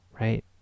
right